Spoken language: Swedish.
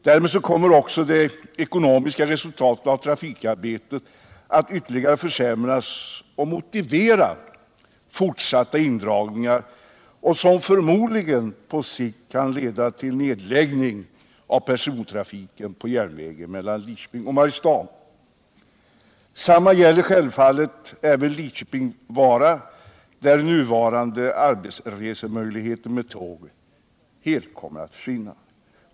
Därmed kommer också det ekonomiska resultatet av trafikarbetet att ytterligare försämras och motivera fortsatta indragningar, som förmodligen på sikt leder till nedläggning av persontrafiken på järnvägen mellan Lidköping och Mariestad. Detsamma gäller självfallet även för sträckan Lidköping-Vara, där nuvarande arbetsresemöjligheter med tåg helt kommer att försvinna.